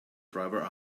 driver